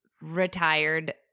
retired